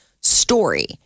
story